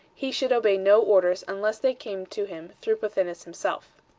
he should obey no orders unless they came to him through pothinus himself.